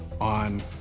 on